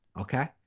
Okay